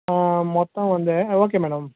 மொத்தம் வந்து ஆ ஓகே மேடம்